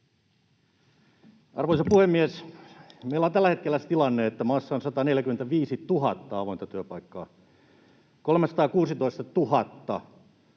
Arvoisa puhemies! Meillä on tällä hetkellä se tilanne, että maassa on 145 000 avointa työpaikkaa, 316 000